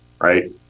right